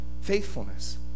faithfulness